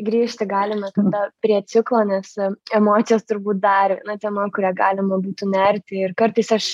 grįžti galime tada prie ciklo nes emocijos turbūt dar viena tema kurią galima būtų nerti ir kartais aš